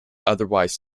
otherwise